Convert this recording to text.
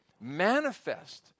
manifest